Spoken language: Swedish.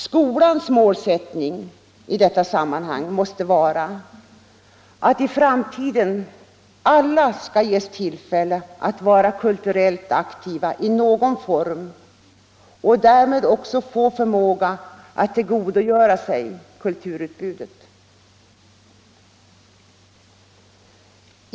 Skolans målsättning i detta sammanhang måste vara att i framtiden alla skall ges tillfälle att vara kulturellt aktiva i någon form och därmed få förmåga att tillgodogöra sig kulturutbudet.